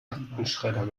aktenschredder